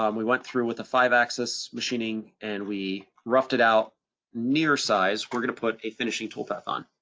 um we went through with a five axis machining and we roughed it out near size, we're gonna put a finishing toolpath on.